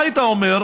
מה היית אומר?